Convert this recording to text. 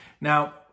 Now